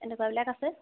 এনেকুৱা বিলাক আছে